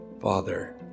Father